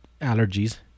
allergies